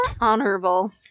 Honorable